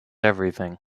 everything